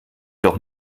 doch